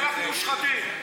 אנחנו מושחתים.